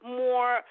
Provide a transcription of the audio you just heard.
more